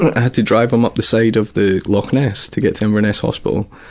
i had to drive him up the side of the loch ness to get to inverness hospital.